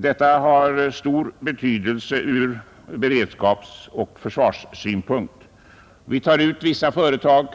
Detta har stor betydelse ur beredskapsoch försvarssynpunkt. Vi tar ut vissa företag